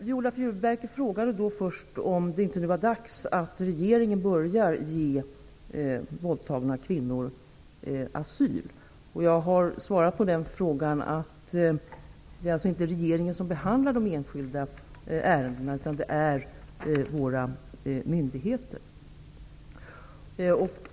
Viola Furubjelke frågade om det inte var dags att regeringen börjar ge våldtagna kvinnor asyl. Jag har svarat på den frågan med att det inte är regeringen som behandlar de enskilda ärendena, utan våra myndigheter gör det.